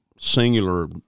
singular